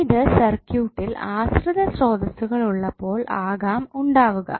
ഇത് സർക്യൂട്ടിൽ ആശ്രിത ശ്രോതസ്സുകൾ ഉള്ളപ്പോൾ ആകാം ഉണ്ടാവുക